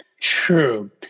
True